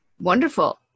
Wonderful